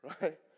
Right